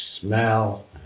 smell